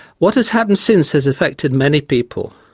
what has happened since has affected many people.